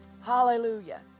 hallelujah